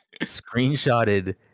screenshotted